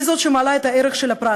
היא זאת שמעלה את הערך של הפרט.